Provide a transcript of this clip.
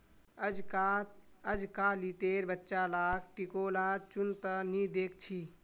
अजकालितेर बच्चा लाक टिकोला चुन त नी दख छि